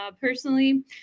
personally